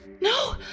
No